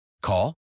Call